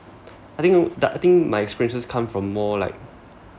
I think I think my experiences come from more like